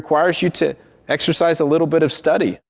requires you to exercise a little bit of study.